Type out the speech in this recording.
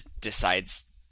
decides